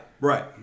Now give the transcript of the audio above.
right